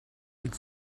had